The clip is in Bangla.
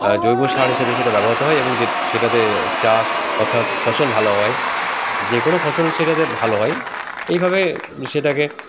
জৈব সার হিসেবে সেটা ব্যবহৃত হয় এবং যে সেটাতে চাষ অর্থাৎ ফসল ভালো হয় যে কোনো ফসল সেটাতে ভালো হয় এইভাবে সেটাকে